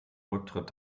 rücktritt